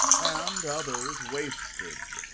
and others wasted,